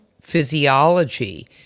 physiology